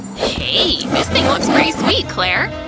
hey, this thing looks pretty sweet, claire!